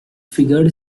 figured